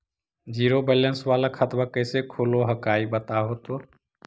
Zero balance वाला खतवा कैसे खुलो हकाई बताहो तो?